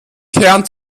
kern